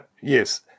yes